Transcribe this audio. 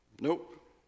Nope